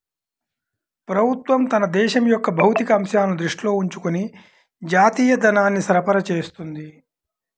ప్రభుత్వం తన దేశం యొక్క భౌతిక అంశాలను దృష్టిలో ఉంచుకొని జాతీయ ధనాన్ని సరఫరా చేస్తుంది